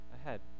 ahead